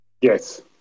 Yes